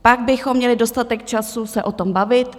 Pak bychom měli dostatek času se o tom bavit.